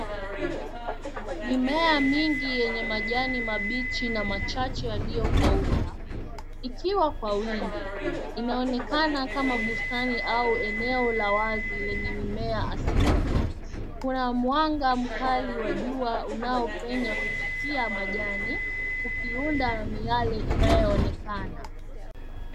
Mimea mingi yenye majani mabichi na machache yaliyokauka ikiwa kwa wingi. Inaonekana kama bustani au eneo la wazi lenye mimea asili. Kuna mwanga mkali wa jua unaopenya kupitia majani ukiunda miale inayo onekana.